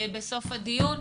בסוף הדיון.